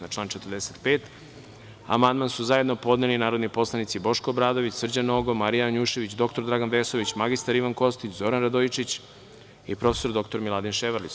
Na član 45. amandman su zajedno podneli narodni poslanici Boško Obradović, Srđan Nogo, Marija Janjušević, dr Dragan Vesović, mr Ivan Kostić, Zoran Radojičić i prof. dr Miladin Ševarlić.